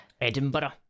Edinburgh